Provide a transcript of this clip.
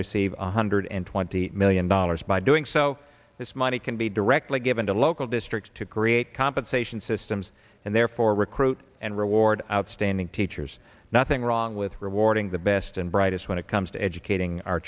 receive one hundred twenty million dollars by doing so this money can be directly given to local districts to create compensation systems and therefore recruit and reward outstanding teachers nothing wrong with rewarding the best and brightest when it comes to educating our